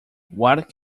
what